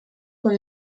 con